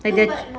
if it